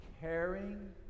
caring